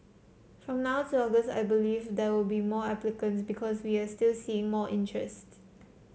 from now to August I believe there will be more applicants because we are still seeing more interest